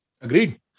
Agreed